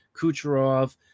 Kucherov